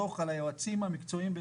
דוח על היועצים המקצועיים,